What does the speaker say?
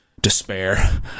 despair